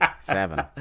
seven